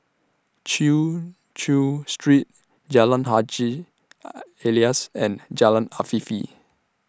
Chin Chew Street Jalan Haji Alias and Jalan Afifi